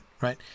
right